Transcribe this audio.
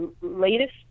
latest